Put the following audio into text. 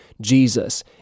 Jesus